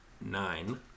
nine